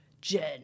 Jen